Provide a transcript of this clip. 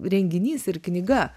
renginys ir knyga